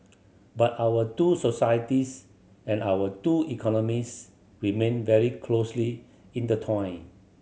but our two societies and our two economies remained very closely intertwined